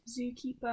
zookeeper